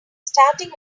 starting